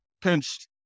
pinched